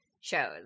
shows